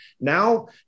Now